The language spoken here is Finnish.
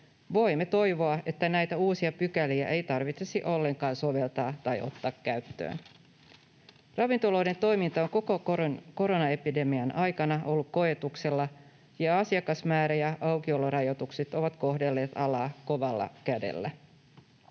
voimme toivoa, että näitä uusia pykäliä ei tarvitsisi ollenkaan soveltaa tai ottaa käyttöön. Ravintoloiden toiminta on koko koronaepidemian ajan ollut koetuksella, ja asiakasmäärä‑ ja aukiolorajoitukset ovat kohdelleet alaa kovalla kädellä.